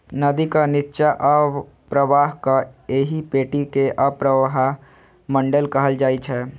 नदीक निच्चा अवप्रवाहक एहि पेटी कें अवप्रवाह मंडल कहल जाइ छै